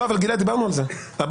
גלעד, דיברנו על זה הבוקר.